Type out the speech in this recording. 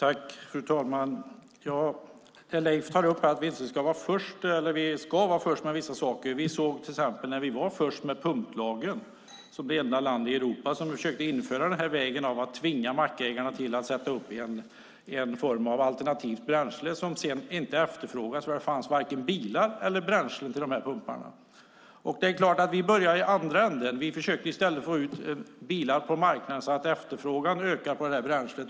Fru talman! Leif Pettersson tar upp att vi ska vara först med vissa saker. Vi var först med pumplagen, det vill säga det enda landet i Europa som försökte tvinga mackägarna att sätta upp en pump med alternativt bränsle som sedan inte efterfrågades eftersom det inte fanns bilar eller bränsle till pumparna. Vi börjar i andra ändan, nämligen att få ut bilar på marknaden så att efterfrågan ökar på bränslet.